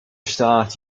start